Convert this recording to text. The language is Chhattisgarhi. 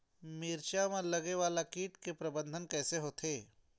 मिरचा मा लगे वाला कीट के प्रबंधन कइसे होथे?